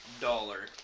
dollar